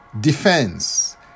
defense